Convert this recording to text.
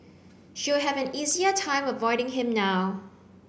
she'll have an easier time avoiding him now